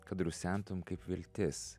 kad rusentum kaip viltis